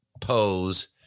pose